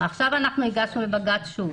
עכשיו שוב הגשנו בג"ץ.